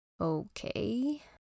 Okay